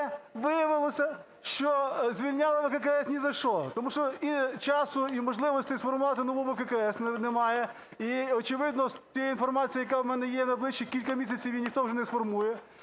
виявилося, що звільняли ВККС ні за що, тому що і часу, і можливостей сформувати нову ВККС немає, і, очевидно, з тієї інформації, яка в мене є на найближчі кілька місяців, її ніхто вже не сформує.